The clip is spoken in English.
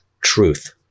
truth